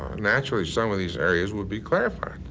naturally, some of these areas would be clarified,